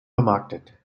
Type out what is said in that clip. vermarktet